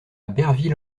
berville